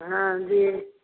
हाँ जी